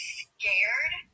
scared